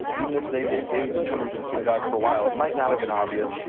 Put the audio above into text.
even if they've they've maybe been coming to the synagogue for a while, it might not have been obvious,